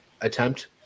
attempt